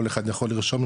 כל אחד יכול לרשום,